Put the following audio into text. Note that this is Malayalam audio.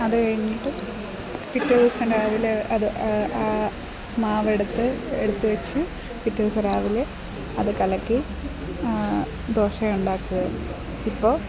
അത് കഴിഞ്ഞിട്ട് പിറ്റേ ദിവസം രാവിലെ അത് ആ മാവെടുത്ത് എടുത്ത് വെച്ച് പിറ്റേ ദിവസം രാവിലെ അത് കലക്കി ദോശ ഉണ്ടാക്കുക ഇപ്പോൾ